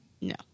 No